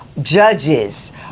judges